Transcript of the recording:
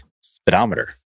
speedometer